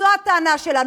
זו הטענה שלנו.